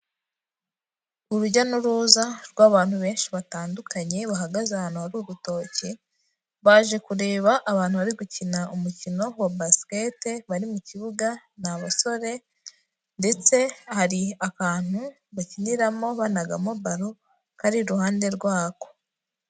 Urujya n'uruza rw'abantu benshi batandukanye, bahagaze ahantu hari urutoki, baje kureba abantu bari gukina umukino wa Basket, bari mu kibuga, ni abasore ndetse hari akantu bakiniramo banagamo baro kari iruhande rwako.